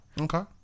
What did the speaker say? Okay